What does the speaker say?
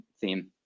theme